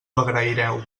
agraireu